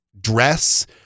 dress